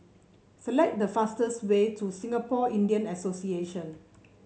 select the fastest way to Singapore Indian Association